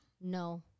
No